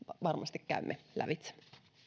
varmasti käymme lävitse ja